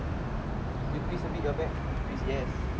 you twist a bit your back twist yes